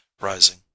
rising